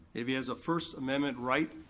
if he has a first amendment right,